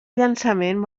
llançament